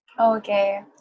Okay